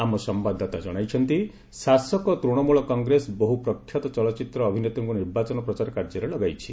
ଆମ ସମ୍ଭାଦଦାତା ଜଣାଇଛନ୍ତି ଶାସକ ତୃଣମୂଳ କଂଗ୍ରେସ ବହୁ ପ୍ରଖ୍ୟାତ ଚଳଚ୍ଚିତ୍ର ଅଭିନେତ୍ରୀଙ୍କୁ ନିର୍ବାଚନ ପ୍ରଚାର କାର୍ଯ୍ୟରେ ଲଗାଇଛି